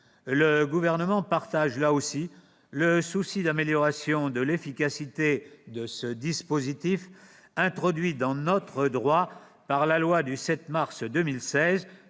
Le Gouvernement partage, là aussi, le souci d'amélioration de l'efficacité de ce dispositif introduit dans notre droit par la loi du 7 mars 2016